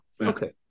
Okay